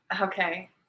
okay